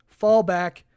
fallback